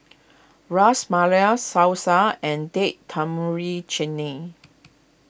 Ras Malai Salsa and Date Tamarind Chim lee